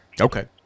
Okay